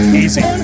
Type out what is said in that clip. easy